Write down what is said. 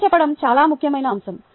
కథ చెప్పడం చాలా ముఖ్యమైన అంశం